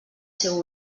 seu